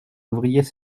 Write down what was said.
ouvriers